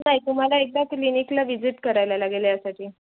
नाही तुम्हाला एकदा क्लिनिकला व्हिजिट करायला लागेल यासाठी